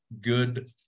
good